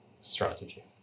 strategy